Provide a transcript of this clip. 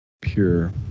pure